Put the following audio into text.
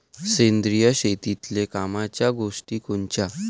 सेंद्रिय शेतीतले कामाच्या गोष्टी कोनच्या?